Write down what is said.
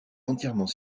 entièrement